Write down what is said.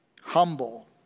Humble